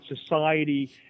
society